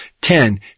Ten